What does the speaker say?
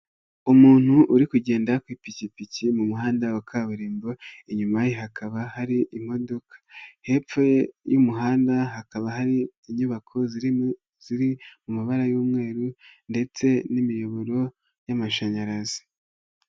Umuntu uri kugenda ku ipikipiki mu muhanda wa kaburimbo, inyuma ye hakaba hari imodoka, hepfo y'umuhanda hakaba hari inyubako ziri mu mabara y'umweru ndetse n'imiyoboro y'amashanyarazi.